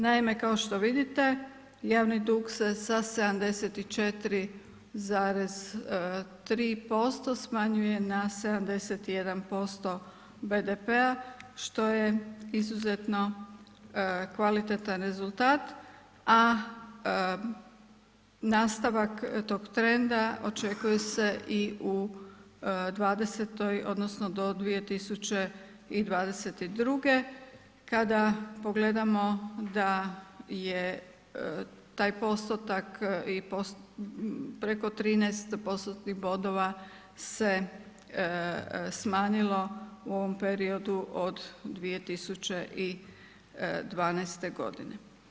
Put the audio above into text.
Naime, kao što vidite javni dug se sa 74,3% smanjuje na 71% BDP-a što je izuzetno kvalitetan rezultat, a nastavak tog trenda očekuje se i u '20.-toj odnosno do 2022. kada pogledamo da je taj postotak preko 13 postotnih bodova se smanjilo u ovom periodu od 2012. godine.